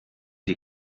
des